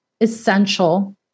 essential